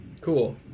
Cool